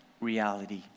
reality